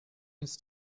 ins